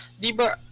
Diba